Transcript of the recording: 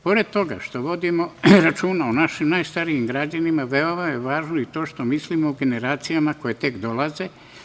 Pored toga što vodimo računa o našim najstarijim građanima, veoma je važno i to što mislimo o generacijama koje tek dolaze.